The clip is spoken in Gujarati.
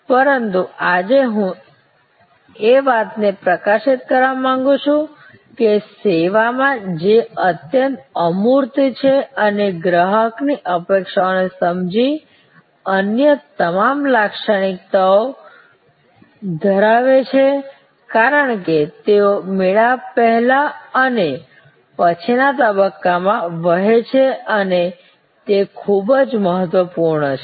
પરંતુ આજે હું એ વાતને પ્રકાશિત કરવા માંગુ છું કે સેવામાં જે અત્યંત અમૂર્ત છે અને ગ્રાહકની અપેક્ષાઓને સમજી અન્ય તમામ લાક્ષણિકતાઓ ધરાવે છે કારણ કે તેઓ મેળાપ પહેલા અને પછીના તબક્કામાં વહે છે અને તે ખૂબ જ મહત્વપૂર્ણ પણ છે